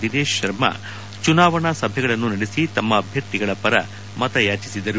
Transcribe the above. ದಿನೇಶ್ ಶರ್ಮಾ ಚುನಾವಣಾ ಸಭೆಗಳನ್ನು ನಡೆಬಿ ತಮ್ಮ ಅಭ್ವರ್ಥಿಗಳ ಪರ ಮತಯಾಚಿಸಿದರು